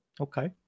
Okay